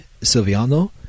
Silviano